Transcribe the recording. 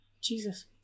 Jesus